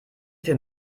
für